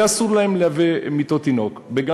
היה אסור להם לייבא מיטות תינוק מפני